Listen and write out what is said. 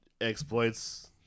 exploits